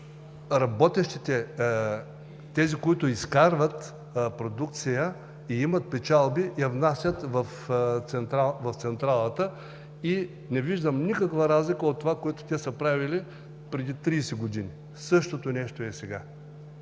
тези, които изкарват продукция и имат печалби, я внасят в централата. Не виждам никаква разлика от това, което те са правили преди 30 години. Същото нещо е и сега!